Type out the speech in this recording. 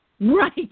Right